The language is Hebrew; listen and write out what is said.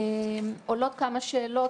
עולות כמה שאלות